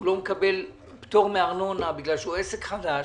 הוא לא מקבל פטור מארנונה בגלל שהוא עסק חדש.